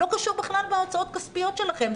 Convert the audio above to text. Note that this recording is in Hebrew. לא קשור בכלל בהוצאות כספיות שלכם.